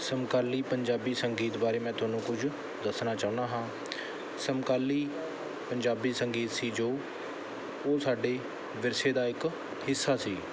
ਸਮਕਾਲੀ ਪੰਜਾਬੀ ਸੰਗੀਤ ਬਾਰੇ ਮੈਂ ਤੁਹਾਨੂੰ ਕੁਝ ਦੱਸਣਾ ਚਾਹੁੰਦਾ ਹਾਂ ਸਮਕਾਲੀ ਪੰਜਾਬੀ ਸੰਗੀਤ ਸੀ ਜੋ ਉਹ ਸਾਡੇ ਵਿਰਸੇ ਦਾ ਇੱਕ ਹਿੱਸਾ ਸੀ